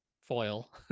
foil